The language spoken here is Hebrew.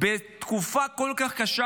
בתקופה כל כך קשה,